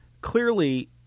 clearly